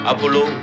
Apollo